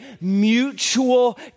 mutual